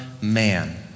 man